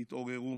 תתעוררו,